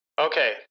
Okay